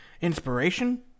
inspiration